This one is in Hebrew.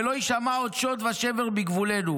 ולא יִשמע עוד שֹׁד ושבר בגבולנו,